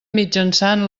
mitjançant